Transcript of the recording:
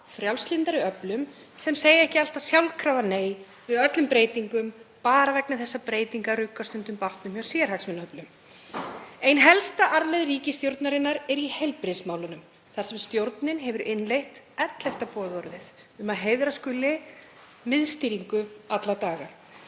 frjálslyndari öflum, sem segja ekki sjálfkrafa nei við öllum breytingum bara vegna þess að breytingar rugga stundum bátnum hjá sérhagsmunaöflunum. En ein helsta arfleið ríkisstjórnarinnar er í heilbrigðismálunum þar sem stjórnin hefur innleitt 11. boðorðið um að heiðra skuli miðstýringu alla daga.